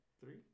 three